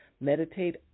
Meditate